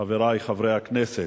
חברי חברי הכנסת,